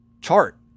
chart